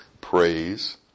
praise